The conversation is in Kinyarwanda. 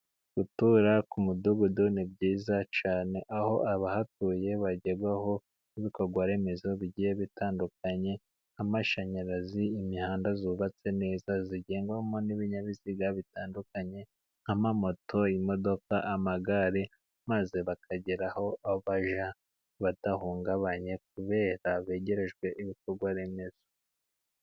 Gutura ku mudugudu ni byiza cyane, aho abahatuye bagerwaho n'ibikorwaremezo bigiye bitandukanye nk'amashanyarazi, imihanda yubatswe neza zigendwamo n'ibinyabiziga bitandukanye, nka moto, amagare, maze bakagera aho bajya badahungabanye kubera begerejwe ibikorwaremezo.